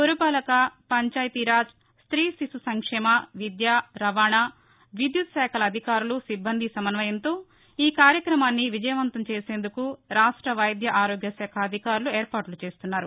పురపాలక పంచాయతీరాజ్ ట్రీ శిశు సంక్షేమ విద్యా రవాణా విద్యుత్ శాఖల అధికారులు సిబ్బంది సమన్వయంతో ఈ కార్యక్రమాన్ని విజయవంతం చేసేందుకు రాష్ట్ర వైద్య ఆరోగ్యశాఖ అధికారులు ఏర్పాట్లు చేస్తున్నారు